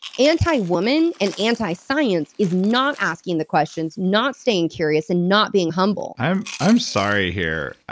anti-women, and anti-science, is not asking the questions, not staying curious and not being humble i'm i'm sorry here.